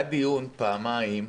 דיון פעמיים.